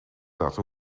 that